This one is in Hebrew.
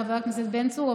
חבר הכנסת בן צור,